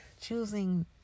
choosing